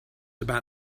about